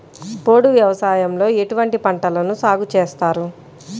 పోడు వ్యవసాయంలో ఎటువంటి పంటలను సాగుచేస్తారు?